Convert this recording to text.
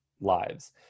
lives